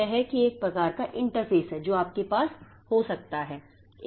तो यह है कि यह एक प्रकार का इंटरफ़ेस है जो आपके पास हो सकता है